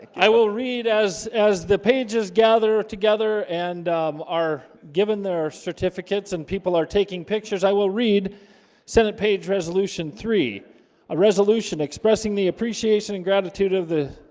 i will read as as the pages gather together and are given their certificates and people are taking pictures i will read senate page resolution three a resolution expressing the appreciation and gratitude of the